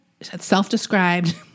self-described